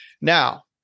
Now